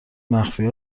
مخفی